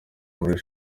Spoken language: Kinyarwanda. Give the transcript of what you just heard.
muri